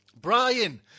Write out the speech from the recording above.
Brian